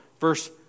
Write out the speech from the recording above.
Verse